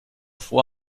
fror